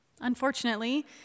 Unfortunately